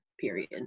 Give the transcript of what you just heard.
period